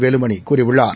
வேலுமணிகூறியுள்ளார்